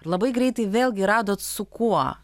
labai greitai vėlgi radot su kuo